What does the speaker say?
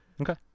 Okay